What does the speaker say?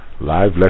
live